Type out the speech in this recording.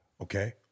Okay